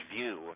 view